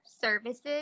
Services